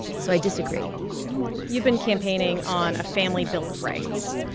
so i disagree you've been campaigning on a family bill of rights.